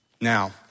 Now